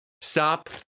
Stop